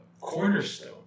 cornerstone